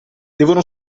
devono